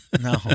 No